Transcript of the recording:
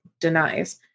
denies